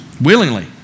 willingly